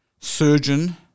surgeon